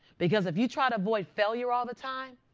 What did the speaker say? because if you try to avoid failure all the time,